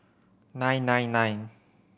nine nine nine